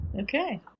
Okay